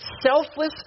selfless